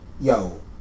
yo